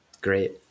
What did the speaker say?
Great